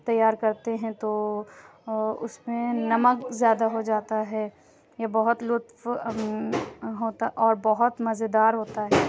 تیار کرتے ہیں تو اُس میں نمک زیادہ ہو جاتا ہے یہ بہت لُطف ہوتا اور بہت مزے دار ہوتا ہے